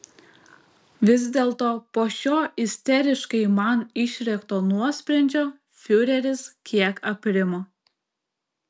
vis dėlto po šio isteriškai man išrėkto nuosprendžio fiureris kiek aprimo